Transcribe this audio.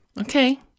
Okay